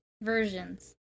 Versions